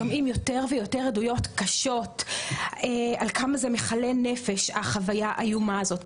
שומעים יותר ויותר עדויות קשות כמה החוויה האיומה הזאת היא מכלה נפש,